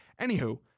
anywho